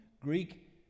Greek